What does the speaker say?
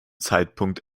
zeitpunkt